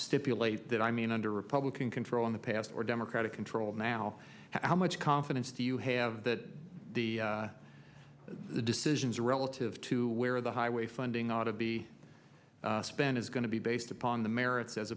stipulate that i mean under republican control in the past or democratic control now how much confidence do you have that the the decisions relative to where the highway funding ought to be spent is going to be based upon the merits as